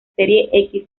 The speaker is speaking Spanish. serie